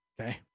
okay